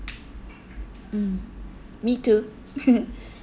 mm me too